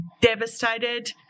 devastated